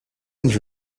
and